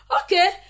Okay